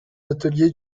ateliers